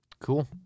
Cool